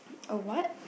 a what